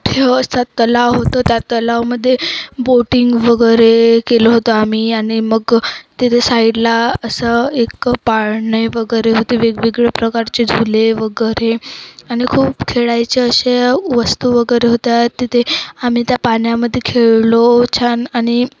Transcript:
असा तलाव होतं त्या तलावामध्ये बोटिंग वगैरे केलं होतं आम्ही आणि मग तिथे साईडला असं एक पाळणे वगैरे होते वेगवेगळ्या प्रकारचे झुले वगैरे आणि खूप खेळायचे असे वस्तू वगैरे होत्या तिथे आम्ही त्या पाण्यामध्ये खेळलो छान आणि